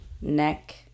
Neck